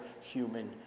human